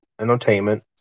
entertainment